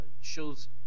shows